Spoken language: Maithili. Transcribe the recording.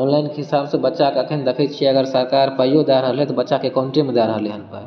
ऑनलाइनके हिसाब सँ बच्चाके अखन देखे छियै अगर सरकार पाइयो दै रहलै तऽ बच्चाके अकाउंटे मे दऽ रहलै हन पाइ